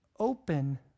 Open